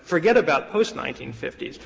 forget about post nineteen fifty s,